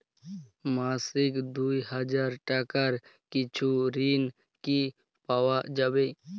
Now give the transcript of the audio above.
মাসিক দুই হাজার টাকার কিছু ঋণ কি পাওয়া যাবে?